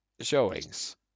showings